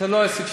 זה לא עסק שלי.